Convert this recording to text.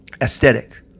aesthetic